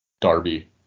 Darby